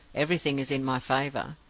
everything is in my favor.